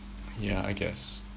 yeah I guess